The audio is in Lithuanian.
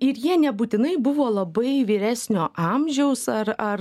ir jie nebūtinai buvo labai vyresnio amžiaus ar ar